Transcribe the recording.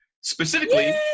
Specifically